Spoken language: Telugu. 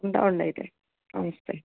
ఉంటానండి అయితే నమస్తే